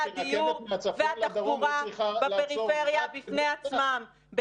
הדיור והתחבורה בפריפריה בפני עצמם.